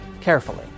carefully